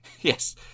Yes